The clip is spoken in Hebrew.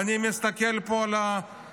ואני מסתכל פה על הכיפות,